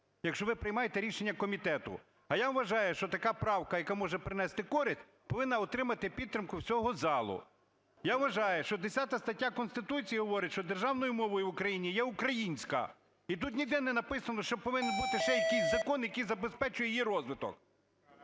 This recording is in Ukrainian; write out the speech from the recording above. якщо ви приймаєте рішення комітету. А я вважаю, що така правка, яка можете принести користь, повинна отримати підтримку всього залу. Я вважаю, що 10 стаття Конституції говорить, що державною мовою в Україні є українська, і тут ніде не написано, що повинен бути ще якійсь закон, який забезпечує її розвиток.